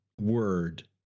word